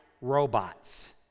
robots